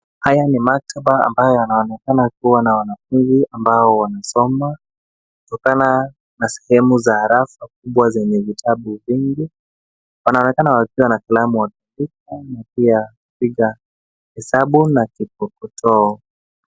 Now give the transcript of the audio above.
Haya ni maktaba ambayo yanaonekana kuwa na wanafunzi ambao wanasoma kutokana na sehemu za rafu kubwa zenye vitabu vingi. Wanaonekana wakiwa na kalamu za kupiga hesabu na kikokotoo.